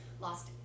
lost